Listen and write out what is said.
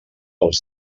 els